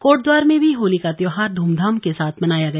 कोटद्वार में भी होली का त्यौहार धूमधाम के साथ मनाया गया